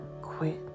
quit